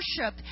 worship